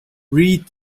read